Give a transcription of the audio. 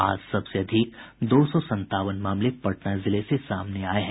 आज सबसे अधिक दो सौ संतावन मामले पटना जिले से सामने आये हैं